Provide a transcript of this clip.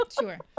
Sure